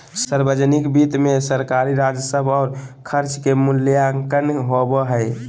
सावर्जनिक वित्त मे सरकारी राजस्व और खर्च के मूल्यांकन होवो हय